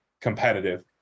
competitive